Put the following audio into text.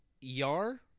Yar